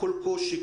כל קושי,